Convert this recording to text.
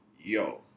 yo